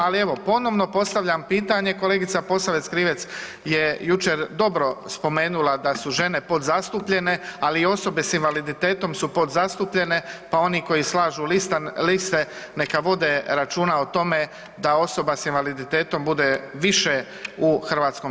Ali evo, ponovno postavljam pitanje kolegica Posavec Krivec je jučer dobro spomenula da su žene podzastupljene, ali i osobe s invaliditetom su podzastupljene, pa oni koji slažu liste neka vode računa o tome da osoba s invaliditetom bude više u HS.